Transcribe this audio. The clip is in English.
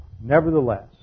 nevertheless